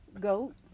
goat